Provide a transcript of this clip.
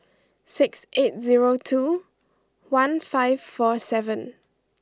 six eight zero two one five four seven